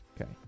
Okay